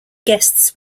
guests